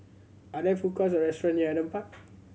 are there food courts or restaurant near Adam Park